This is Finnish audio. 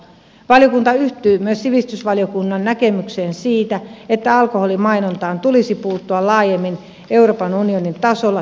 valiokunta yhtyy myös sivistysvaliokunnan näkemykseen siitä että alkoholimainontaan tulisi puuttua laajemmin euroopan unionin tasolla tupakkamainonnan tavoin